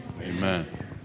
Amen